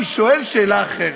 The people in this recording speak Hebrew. אני שואל שאלה אחרת.